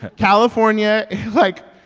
california like,